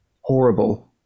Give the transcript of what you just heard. horrible